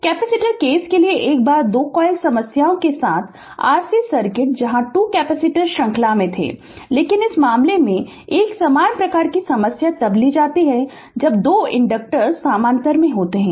capacitor case के लिए एक बार 2 कॉइल समस्या के साथ RC सर्किट जहां 2 कैपेसिटर श्रृंखला में थे लेकिन इस मामले में एक समान प्रकार की समस्या तब ली जाती है जब 2 इंडक्टर्स समानांतर में होते हैं